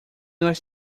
nós